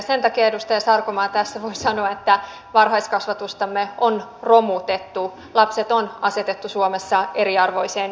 sen takia edustaja sarkomaa tässä voisi sanoa että varhaiskasvatustamme on romutettu lapset on asetettu suomessa eriarvoiseen asemaan